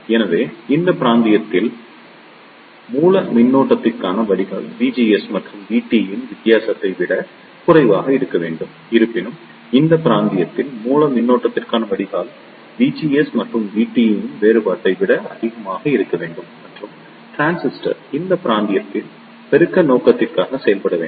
எனவே இந்த பிராந்தியத்தில் மூல மின்னழுத்தத்திற்கான வடிகால் VGS மற்றும் VT இன் வித்தியாசத்தை விட குறைவாக இருக்க வேண்டும் இருப்பினும் இந்த பிராந்தியத்தில் மூல மின்னழுத்தத்திற்கான வடிகால் VGS மற்றும் VT இன் வேறுபாட்டை விட அதிகமாக இருக்க வேண்டும் மற்றும் டிரான்சிஸ்டர் இந்த பிராந்தியத்தில் பெருக்க நோக்கத்திற்காக செயல்பட வேண்டும்